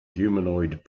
humanoid